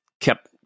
kept